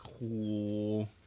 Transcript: cool